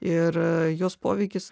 ir jos poveikis